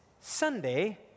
Sunday